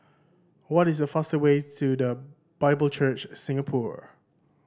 what is the fastest way to The Bible Church Singapore